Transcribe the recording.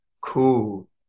cool